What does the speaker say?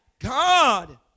God